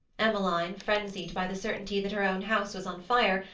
emmeline, frenzied by the certainty that her own house was on fire,